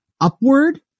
upward